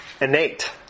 innate